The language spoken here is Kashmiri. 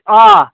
آ